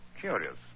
Curious